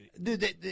dude